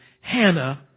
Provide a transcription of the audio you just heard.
Hannah